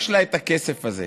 יש לה את הכסף הזה.